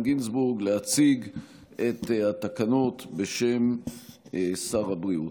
גינזבורג להציג את התקנות בשם שר הבריאות,